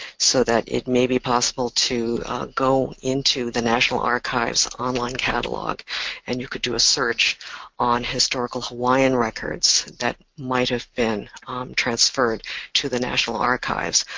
so that it may be possible to go into the national archives online catalog and you could do a search on historical hawaiian records that might have been transferred to the national archives.